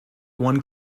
one